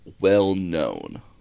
well-known